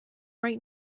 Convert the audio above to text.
right